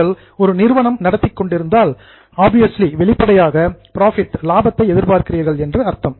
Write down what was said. நீங்கள் ஒரு நிறுவனம் நடத்திக் கொண்டிருந்தால் ஆபிவியஸ்லி வெளிப்படையாக புரோஃபிட் லாபத்தை எதிர்பார்க்கிறீர்கள் என்று அர்த்தம்